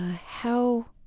how